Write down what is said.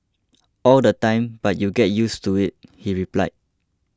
all the time but you get used to it he replied